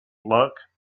luck